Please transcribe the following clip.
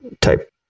type